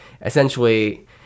essentially